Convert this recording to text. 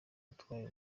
utwaye